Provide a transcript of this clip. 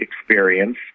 experience